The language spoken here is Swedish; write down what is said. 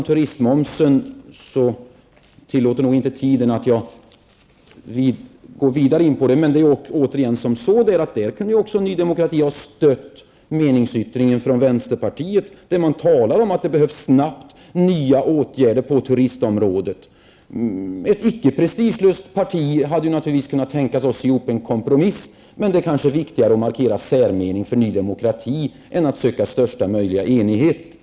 Tiden tillåter inte att jag går närmare in på frågan om turistmomsen, men också i den frågan kunde Ny Demokrati ha stött meningsyttringen från vänsterpartiet, där det talas om behovet av att snabbt få fram nya åtgärder på turistområdet. Ett prestigelöst parti skulle naturligtvis ha kunnat sy ihop en kompromiss, men det är kanske viktigare att markera särmening för Ny Demokrati än att söka största möjliga enighet.